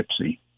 Gypsy